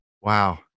Wow